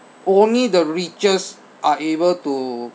only the richest are able to